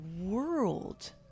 world